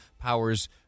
Powers